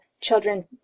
children